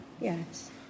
Yes